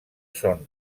són